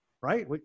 right